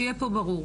שיהיה פה ברור,